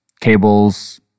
cables